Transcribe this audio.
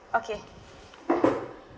okay